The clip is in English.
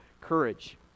courage